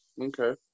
Okay